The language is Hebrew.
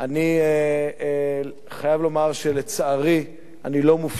אני חייב לומר שלצערי אני לא מופתע